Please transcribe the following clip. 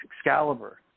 Excalibur